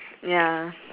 ya